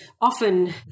often